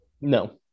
No